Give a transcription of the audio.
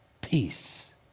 peace